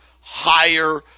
higher